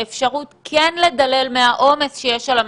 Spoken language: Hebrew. ואפשרות כן לדלל מהעומס שיש על המעבדות,